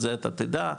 את זה אתה תדע,